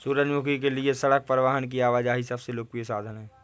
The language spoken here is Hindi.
सूरजमुखी के लिए सड़क परिवहन की आवाजाही सबसे लोकप्रिय साधन है